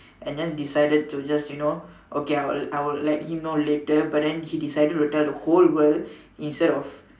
and then decided to just you know okay I'll I'll let him know later but then he decided to tell the whole world instead of